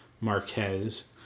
Marquez